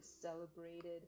celebrated